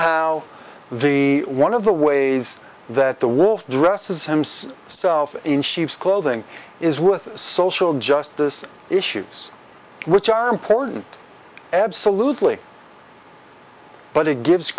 how the one of the ways that the wool dresses himself self in sheep's clothing is with social justice issues which are important absolutely but it gives